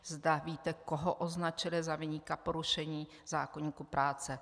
Zda víte, koho označily za viníka porušení zákoníku práce.